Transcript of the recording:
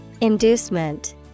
Inducement